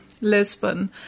Lisbon